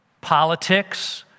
politics